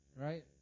right